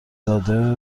داده